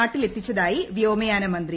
നാട്ടിലെത്തിച്ചതായി വ്യോമയാന മന്ത്രി